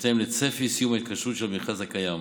בהתאם לצפי סיום ההתקשרות של המכרז הקיים,